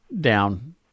down